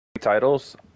titles